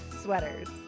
sweaters